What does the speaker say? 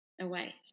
away